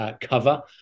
Cover